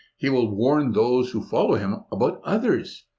he will warn those who follow him about others,